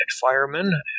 firemen